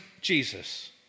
Jesus